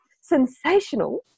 sensational